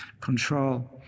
control